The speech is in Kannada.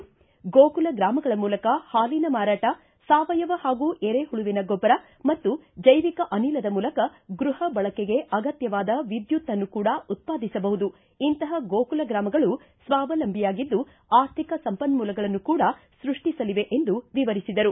ಗೋಕುಲ ಗ್ರಾಮಗಳ ಮೂಲಕ ಹಾಲಿನ ಮಾರಾಟ ಸಾವಯವ ಪಾಗೂ ಎರೆಹುಳುವಿನ ಗೊಬ್ಬರ ಮತ್ತು ಜೈವಿಕ ಅನಿಲದ ಮೂಲಕ ಗೃಪ ಬಳಕೆಗೆ ಅಗತ್ತವಾದ ವಿದ್ಯುತ್ತನ್ನು ಕೂಡ ಉತ್ಪಾದಿಸಬಹುದು ಇಂತಹ ಗೋಕುಲ ಗ್ರಾಮಗಳು ಸ್ವಾವಲಂಬಿಯಾಗಿದ್ದು ಆರ್ಥಿಕ ಸಂಪನ್ನೂಲಗಳನ್ನು ಕೂಡ ಸೃಷ್ಷಿಸಲಿವೆ ಎಂದು ಅವರು ವಿವರಿಸಿದರು